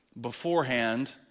beforehand